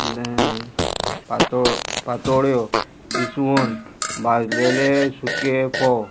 पातोळ पातोळ्यो इसवण भाजलेले सुके फोव